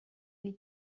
gli